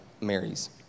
Mary's